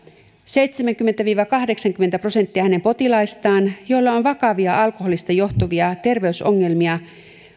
seitsemänkymmentä viiva kahdeksankymmentä prosenttia hänen potilaistaan joilla on vakavia alkoholista johtuvia terveysongelmia